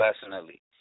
personally